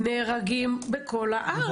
נהרגים בכל הארץ.